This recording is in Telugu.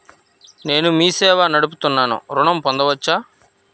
నేను మీ సేవా నడుపుతున్నాను ఋణం పొందవచ్చా?